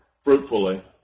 fruitfully